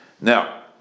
Now